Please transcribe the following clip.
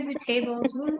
tables